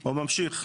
או ממשיך.